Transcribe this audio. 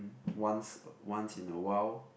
once uh once in a while